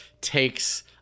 takes